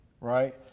right